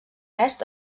est